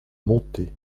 monter